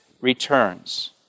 returns